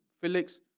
Felix